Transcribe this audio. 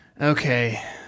Okay